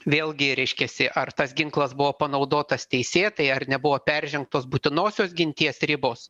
vėlgi reiškiasi ar tas ginklas buvo panaudotas teisėtai ar nebuvo peržengtos būtinosios ginties ribos